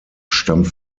stammt